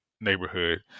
neighborhood